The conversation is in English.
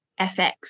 FX